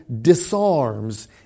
disarms